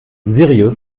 sirius